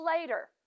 later